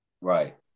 Right